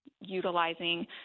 utilizing